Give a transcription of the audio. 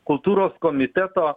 kultūros komiteto